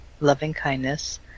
loving-kindness